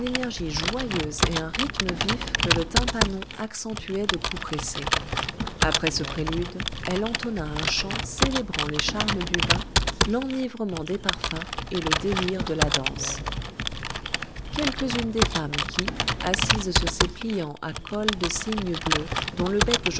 joyeuse et sur un rythme vif que le tympanon accentuait de coups pressés après ce prélude elle entonna un chant célébrant les charmes du vin l'enivrement des parfums et le délire de la danse quelques-unes des femmes qui assises sur ces pliants à cols de cygnes bleus dont le bec